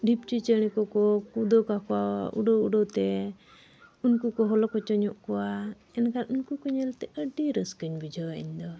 ᱰᱷᱤᱯᱪᱩᱭ ᱪᱮᱬᱮ ᱠᱚᱠᱚ ᱠᱷᱩᱫᱟᱹᱣ ᱠᱟᱠᱚᱣᱟ ᱩᱰᱟᱹᱣ ᱩᱰᱟᱹᱛᱮ ᱩᱱᱠᱩ ᱠᱚ ᱦᱚᱞᱚ ᱠᱚᱪᱚ ᱧᱚᱜ ᱠᱚᱣᱟ ᱮᱱᱠᱷᱟᱱ ᱩᱱᱠᱩ ᱠᱚ ᱧᱮᱞᱛᱮ ᱟᱹᱰᱤ ᱨᱟᱹᱥᱠᱟᱹᱧ ᱵᱩᱡᱷᱟᱹᱣᱟ ᱤᱧᱫᱚ